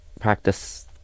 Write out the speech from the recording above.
practice